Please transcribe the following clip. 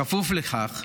בכפוף לכך,